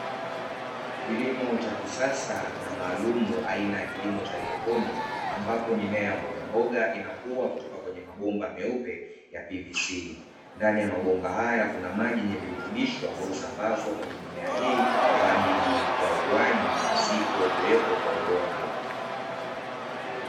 Kilimo cha kisasa na maalumu aina ya kilimo cha haidroponi, ambapo mimea mbogamboga inakua kutoka kwenye mabomba meupe ya "pvc". Ndani ya mabomba haya kuna maji yenye virutubisho ambayo husambazwa kwenye mimea hii kwa ajili ya ukuaji pasipo kuwepo kwa udongo.